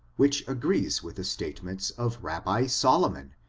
which agrees with the statements of rabbi solomon,